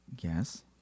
Yes